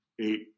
eight